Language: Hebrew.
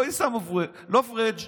לא פריג'.